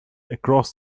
across